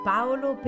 Paolo